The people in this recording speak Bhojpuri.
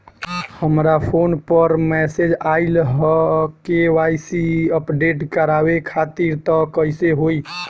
हमरा फोन पर मैसेज आइलह के.वाइ.सी अपडेट करवावे खातिर त कइसे होई?